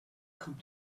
come